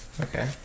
Okay